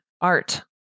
art